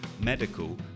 medical